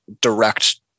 direct